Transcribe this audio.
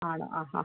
ആണോ ആ ആ